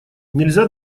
нельзя